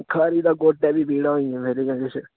खरी तां गोड्डे बी पीड़ां होई गेइयां मेरियां किश